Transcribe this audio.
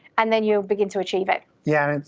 and then you'll begin to achieve it. yeah,